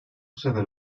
sefer